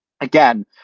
Again